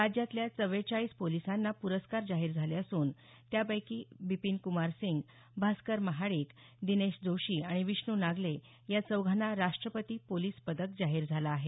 राज्यातल्या चव्वेचाळीस पोलिसांना पुरस्कार जाहीर झाले असून त्यापैकी बिपिन कुमार सिंग भास्कर महाडिक दिनेश जोशी आणि विष्णू नागले या चौघांना राष्ट्रपती पोलिस पदक जाहीर झालं आहे